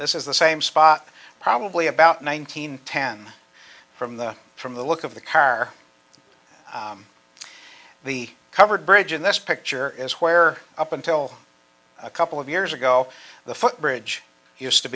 this is the same spot probably about nineteen ten from the from the look of the car the covered bridge in this picture is where up until a couple of years ago the footbridge used to